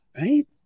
Right